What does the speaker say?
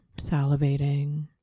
salivating